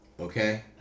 okay